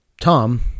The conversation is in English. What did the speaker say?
tom